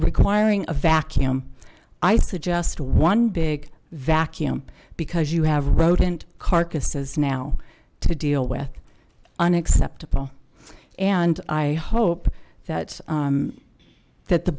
requiring a vacuum i said just one big vacuum because you have rodent carcasses now to deal with unacceptable and i hope that that the